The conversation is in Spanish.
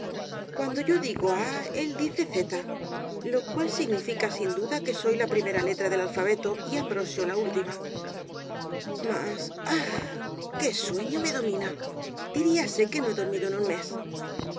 cuando yo digo a él dice z lo cual significa sin duda que soy la primera letra del alfabeto y ambrosio la última mas aaaa qué sueño me domina diríase que no he dormido en un mes